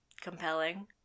Compelling